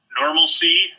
normalcy